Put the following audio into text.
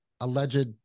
alleged